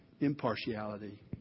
impartiality